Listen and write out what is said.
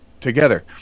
together